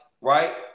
right